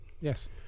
yes